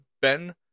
Ben